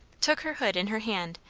took her hood in her hand,